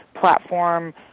platform